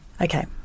Okay